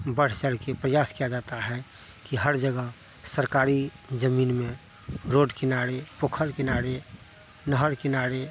बढ़चढ़ के प्रयास किया जाता है कि हर जगह सरकारी ज़मीन में रोड किनारे पोखर किनारे नहर किनारे